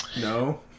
No